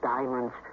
Diamonds